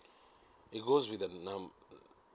it goes with the num~ err